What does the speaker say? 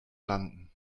landen